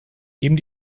geben